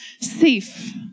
safe